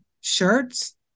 shirts